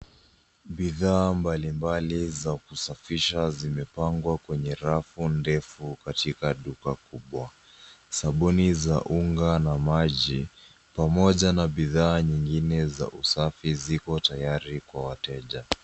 Bidhaa mbalimbali za kusafisha zimepangwa kwenye rafu ndefu katika duka kubwa. Sabuni za unga na maji amoja na bidhaa nyingine za usafi ziko tayari kwa wateja.